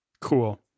Cool